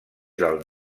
del